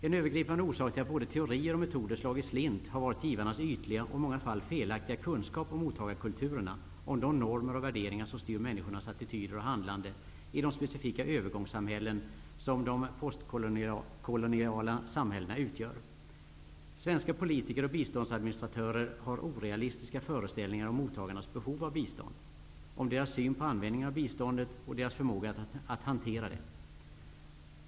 En övergripande orsak till att både teorier och metoder slagit slint har varit givarnas ytliga och i många fall felaktiga kunskap om mottagarkulturerna -- om de normer och värderingar som styr människornas attityder och handlande i de specifika övergångssamhällen som de postkoloniala samhällena utgör. Svenska politiker och biståndsadministratörer har orealistiska föreställningar om mottagarnas behov av bistånd, om deras syn på användningen av biståndet och om deras förmåga att hantera det.